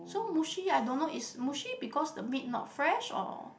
so mushy I don't know is mushy because the meat not fresh or